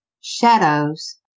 shadows